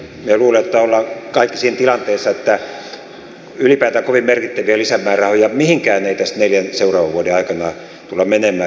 minä luulen että olemme kaikki siinä tilanteessa että ylipäätään kovin merkittäviä lisämäärärahoja mihinkään ei tässä neljän seuraavan vuoden aikana tule menemään